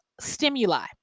stimuli